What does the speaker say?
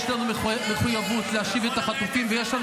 יש לנו מחויבות להשיב את החטופים, ויש לנו